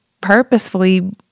purposefully